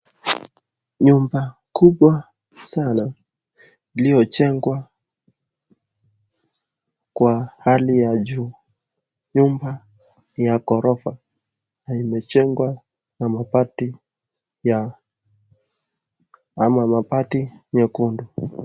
Nyumba kubwa sana iliyo jengwa kwa hali ya juu, nyumba ya ghorofa na imejegwa na mabati ya ama mabati ya nyekundu.